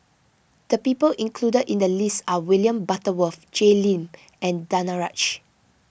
the people included in the list are William Butterworth Jay Lim and Danaraj